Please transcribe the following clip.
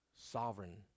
sovereign